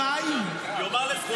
אני אענה לך.